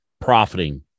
profiting